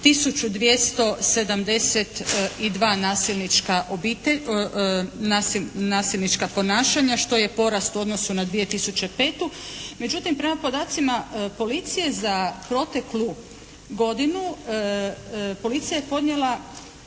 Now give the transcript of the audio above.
272 nasilnička ponašanja što je porast u odnosu na 2005. Međutim prema podacima policije za proteklu godinu policija je podnijela